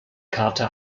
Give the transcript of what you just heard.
charta